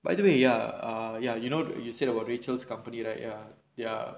by the way ah ya ya you know you said about rachel's company right ya ya